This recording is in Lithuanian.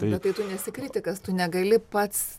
bet tai tu nesi kritikas tu negali pats